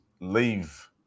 leave